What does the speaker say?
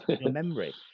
memory